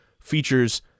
features